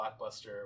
blockbuster